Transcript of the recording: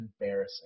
embarrassing